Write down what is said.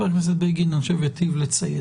אני חושב שחבר הכנסת בגין היטיב לציין.